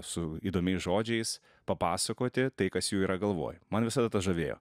su įdomiais žodžiais papasakoti tai kas jų yra galvoj man visada tas žavėjo